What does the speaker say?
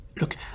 look